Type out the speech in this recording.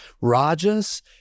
Rajas